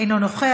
אינו נוכח,